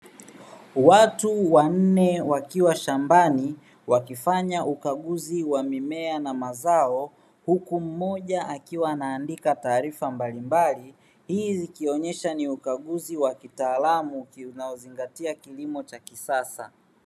Watu wanne wakiwa shambani wakifanya ukaguzi wa mimea na mazao, huku mmoja akiwa anaandika taarifa mbalimbali; hii ikionyesha ni ukaguzi wa kitaalamu unaozingatia kilimo cha kisasa.